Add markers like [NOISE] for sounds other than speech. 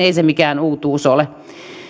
[UNINTELLIGIBLE] ei se mikään uutuus ole